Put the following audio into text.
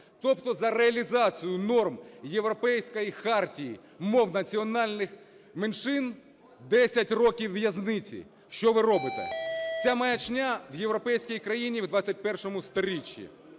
Тобто за реалізацію норм Європейської хартії мов національних меншин 10 років в'язниці. Що ви робите? Це маячня в європейській країні в ХХІ сторіччі.